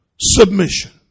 submission